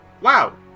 wow